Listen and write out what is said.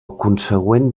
consegüent